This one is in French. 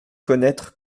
connaître